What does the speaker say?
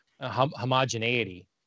homogeneity